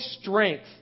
strength